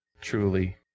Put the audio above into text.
Truly